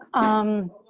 um,